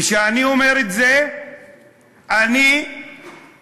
וכשאני אומר את זה אני דואג,